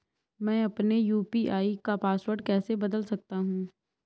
मैं अपने यू.पी.आई का पासवर्ड कैसे बदल सकता हूँ?